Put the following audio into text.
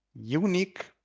unique